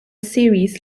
ceres